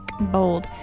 bold